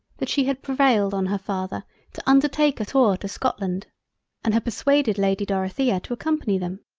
that she had prevailed on her father to undertake a tour to scotland and had persuaded lady dorothea to accompany them.